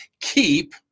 Keep